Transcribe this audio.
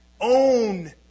Own